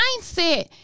mindset